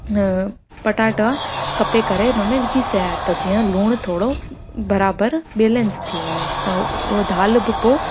पटाटा कपे करे उन में विझी सया त जीअं लुणु थोरो बराबरि बैलेंस थी वञे त उहा दालि बि पोइ